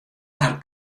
har